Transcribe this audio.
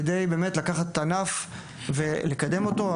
כדי באמת לקחת ענף ולקדם אותו.